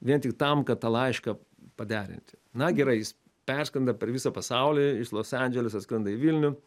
vien tik tam kad tą laišką paderinti na gerai jis perskrenda per visą pasaulį iš los andželo jis atskrenda į vilnių